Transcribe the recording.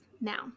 now